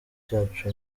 cyacu